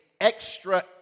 extra